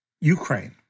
Ukraine